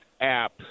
app